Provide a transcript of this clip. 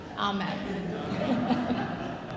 Amen